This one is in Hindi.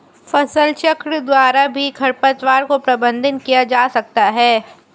फसलचक्र द्वारा भी खरपतवार को प्रबंधित किया जा सकता है